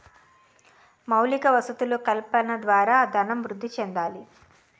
మౌలిక వసతులు కల్పన ద్వారా ధనం వృద్ధి చెందాలి